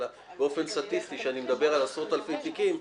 אלא באופן סטטיסטי כשאני מדבר על עשרות אלפי תיקים,